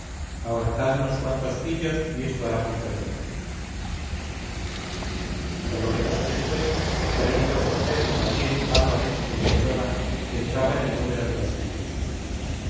ahorcad unos cuantos pillos y esto hará mucho efecto por lo que pasó después se ha venido a conocer que también álvarez el de gerona entraba en el número de los pillos